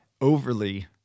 overly